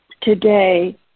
today